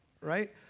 right